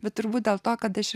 bet turbūt dėl to kad aš